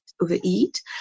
overeat